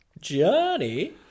Johnny